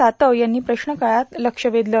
सातव यांनी प्रश्नकाळात लक्ष वेधलं